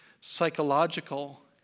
psychological